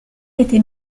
était